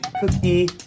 Cookie